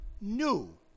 new